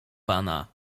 pana